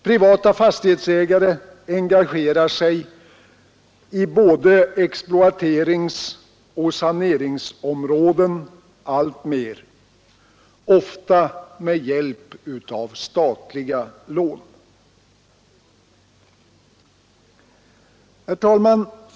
Privata fastighetsägare engagerar sig i både exploateringsoch saneringsområden alltmer, ofta med hjälp av statliga lån. Herr talman!